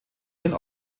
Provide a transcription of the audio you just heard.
hin